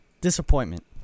disappointment